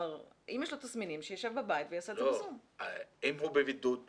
5. "קיום ישיבות מוסד תכנון בהיוועדות חזותית